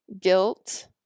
guilt